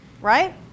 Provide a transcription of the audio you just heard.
right